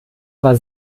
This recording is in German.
war